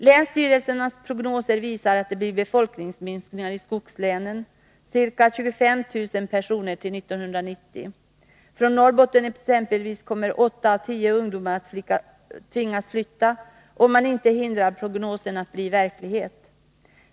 Länsstyrelsens prognoser visar att det blir befolkningsminskningar i skogslänen, ca 25000 personer fram till 1990-talet. Från Norrbotten exempelvis kommer åtta av tio ungdomar att tvingas flytta, om man inte hindrar prognosen att bli verklighet.